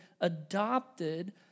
adopted